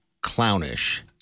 clownish